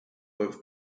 both